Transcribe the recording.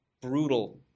brutal